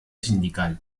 sindical